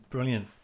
Brilliant